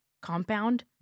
compound